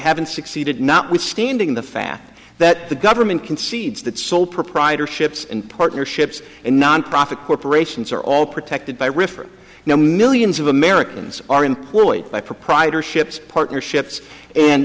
haven't succeeded notwithstanding the fact that the government concedes that sole proprietorships and partnerships and nonprofit corporations are all protected by river now millions of americans are employed by proprietorships partnerships and